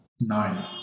Nine